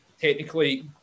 technically